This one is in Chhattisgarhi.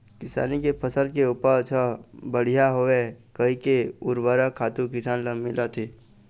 किसानी के फसल के उपज ह बड़िहा होवय कहिके उरवरक खातू किसान ल मिलत हे